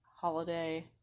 holiday